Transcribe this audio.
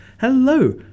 hello